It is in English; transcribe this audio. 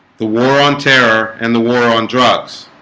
the war on terror and the war on drugs